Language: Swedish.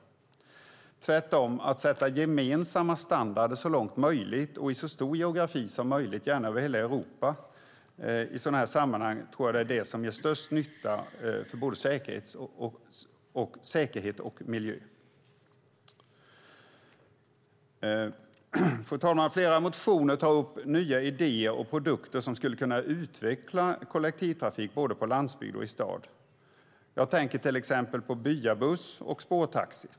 Att tvärtom sätta gemensamma standarder så långt möjligt och i så stor geografi som möjligt, gärna över hela Europa, tror jag ger störst nytta för både säkerhet och miljö. Fru talman! I flera motioner tar man upp nya idéer och produkter som skulle kunna utveckla kollektivtrafiken både på landsbygd och i stad. Jag tänker till exempel på byabuss och spårtaxi.